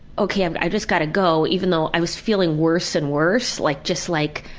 okay, i just gotta go even though i was feeling worse and worse, like just like,